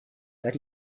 that